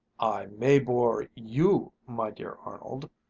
i may bore you, my dear arnold,